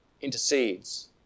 intercedes